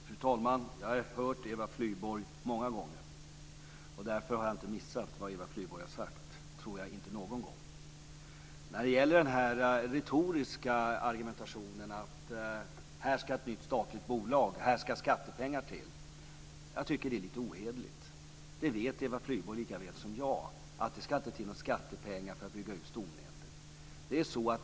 Fru talman! Jag har hört Eva Flyborg många gånger. Därför har jag inte missat vad Eva Flyborg har sagt. Jag tror inte att jag har gjort det någon gång. Jag tycker att den retoriska argumentationen om att här ska ett nytt statlig bolag till och här ska skattepengar till är lite ohederlig. Eva Flyborg vet likaväl som jag att det inte ska till några skattepengar för att bygga ut stomnätet.